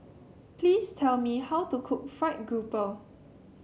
please tell me how to cook fried grouper